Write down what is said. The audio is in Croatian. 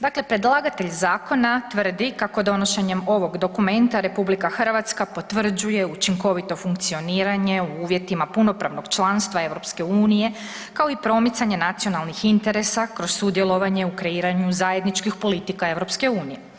Dakle, predlagatelj zakona tvrdi kako donošenjem ovog dokumenta RH potvrđuje učinkovito funkcioniranje u uvjetima punopravnog članstva EU, kao i promicanje nacionalnih interesa kroz sudjelovanje u kreiranju zajedničkih politika EU.